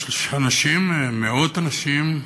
יש אנשים, מאות אנשים,